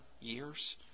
years